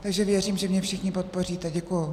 Takže věřím, že mě všichni podpoříte, děkuji.